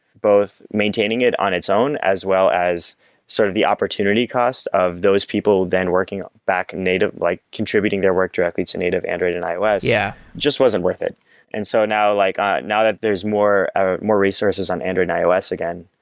both maintaining it on its own, as well as sort of the opportunity cost of those people, then working back in like contributing their work directly to native, android and ios yeah just wasn't worth it and so now like ah now that there's more ah more resources on android and ios again,